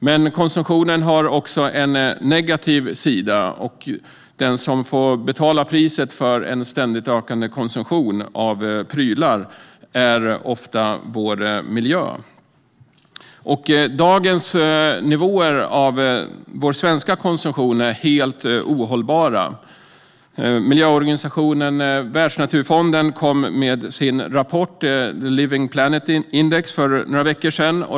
Men konsumtionen har också en negativ sida. Den som får betala priset för en ständigt ökande konsumtion av prylar är ofta vår miljö. Dagens nivåer av vår svenska konsumtion är helt ohållbara. Miljöorganisationen Världsnaturfonden kom med sin rapport med living planet index för några veckor sedan.